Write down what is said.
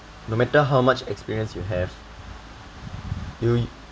no matter how much experience you have you